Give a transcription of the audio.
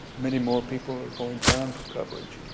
many more people are going down for coverage,